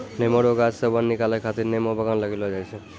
नेमो रो गाछ से सन निकालै खातीर नेमो बगान लगैलो जाय छै